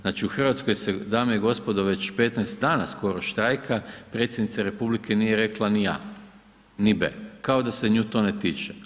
Znači u Hrvatskoj se dame i gospodo već 15 dana skoro štrajka, predsjednica Republike nije rekla ni A ni B, kao da se nju to ne tiče.